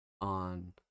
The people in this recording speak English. on